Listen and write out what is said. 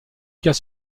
cas